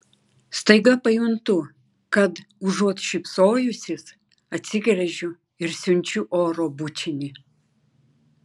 staiga pajuntu kad užuot šypsojusis atsigręžiu ir siunčiu oro bučinį